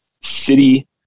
city